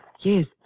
Yes